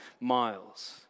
miles